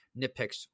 nitpicks